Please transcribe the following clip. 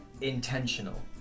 intentional